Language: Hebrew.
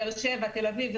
באר שבע ותל אביב,